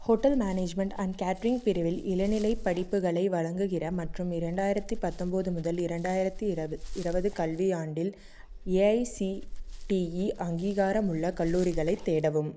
hotel management and catering பிரிவில் இளநிலை படிப்புகளை வழங்குகிற மற்றும் இரண்டாயிரத்தி பத்தொம்பது முதல் இரண்டாயிரத்தி இருபது கல்வியாண்டில் ஏஐசிடிஇ அங்கீகாரமுள்ள கல்லூரிகளை தேடவும்